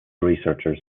researchers